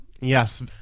Yes